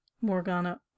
Morgana